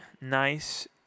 nice